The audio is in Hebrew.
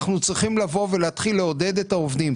אנחנו צריכים לבוא ולהתחיל לעודד את העובדים,